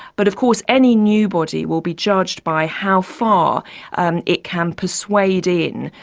but of course any new body will be judged by how far and it can persuade in,